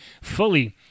fully